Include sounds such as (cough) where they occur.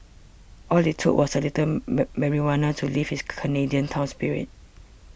all it took was a little (hesitation) marijuana to lift this Canadian town's spirits